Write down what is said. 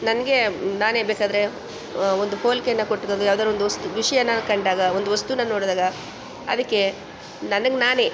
ನನಗೆ ನಾನೇ ಬೇಕಾದರೆ ಒಂದು ಹೋಲ್ಕೆನ ಕೊಟ್ಕೊಂಡು ಯಾವ್ದಾದ್ರು ಒಂದು ವಸ್ತು ವಿಷಯನ ಕಂಡಾಗ ಒಂದು ವಸ್ತುನ ನೋಡಿದಾಗ ಅದಕ್ಕೆ ನನಗೆ ನಾನೇ